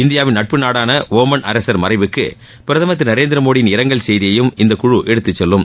இந்தியாவின் நட்பு நாடான ஓமன் அரசர் மறைவுக்கு பிரதமர் திரு நரேந்திர மோடியின் இரங்கல் செய்தியையும் இந்த குழு எடுத்துச் செல்லும்